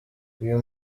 uyu